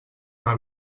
una